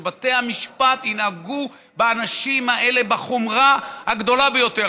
שבתי המשפט ינהגו באנשים האלה בחומרה הגדולה ביותר.